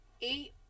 eight